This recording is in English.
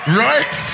right